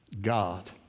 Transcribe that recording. God